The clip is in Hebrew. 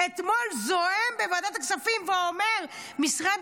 אתמול זועם בוועדת הכספים ואומר: משרד